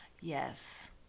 Yes